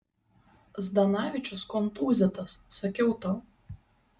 zdanavičius kontūzytas sakiau tau